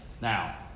Now